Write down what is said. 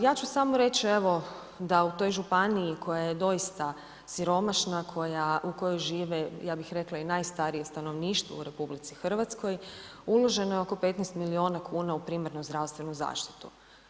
Ja ću samo reći da u toj županiji koja je doista siromašna u kojoj živi ja bih rekla i najstarije stanovništvo u RH uloženo je oko 15 milijuna kuna u primarnu zdravstvenu zaštitu.